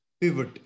pivot